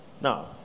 Now